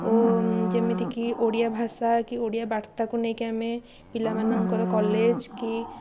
ଓ ଯେମିତିକି ଓଡ଼ିଆ ଭାଷା କି ଓଡ଼ିଆ ବାର୍ତ୍ତାକୁ ନେଇକି ଆମେ ପିଲାମାନଙ୍କର କଲେଜ୍ କି